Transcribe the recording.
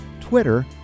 Twitter